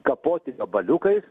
kapoti gabaliukais